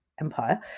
empire